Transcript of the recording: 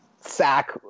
sack